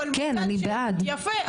יפה,